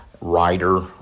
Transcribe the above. writer